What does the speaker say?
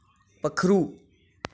पक्खरू